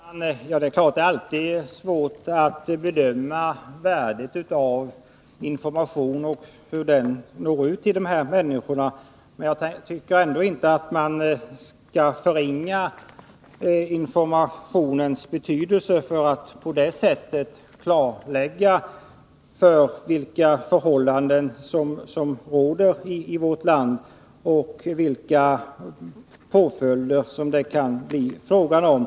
Herr talman! Det är naturligtvis alltid svårt att bedöma värdet av information och hur informationen når ut till människorna. Jag tycker ändå inte att man skall förringa informationens betydelse när det gäller att klargöra vilka förhållanden som råder i vårt land och vilka påföljder som det kan bli fråga om.